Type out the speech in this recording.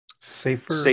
Safer